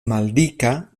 maldika